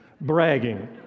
bragging